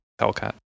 Hellcat